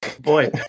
boy